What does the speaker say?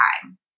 time